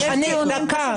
הנושא